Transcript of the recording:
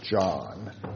John